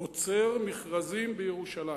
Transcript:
עוצר מכרזים בירושלים.